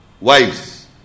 wives